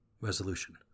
Resolution